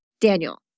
Daniel